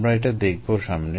আমরা এটা দেখবো সামনে